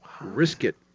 risk-it